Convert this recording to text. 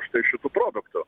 štai šitų produktų